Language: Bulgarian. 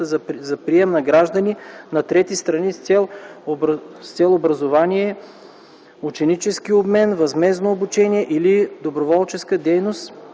за прием на граждани на трети страни с цел образование, ученически обмен, безвъзмездно обучение или доброволческа дейност,